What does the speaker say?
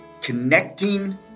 connecting